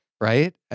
right